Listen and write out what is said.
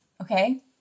okay